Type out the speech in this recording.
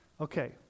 Okay